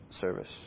service